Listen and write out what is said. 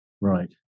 Right